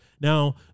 Now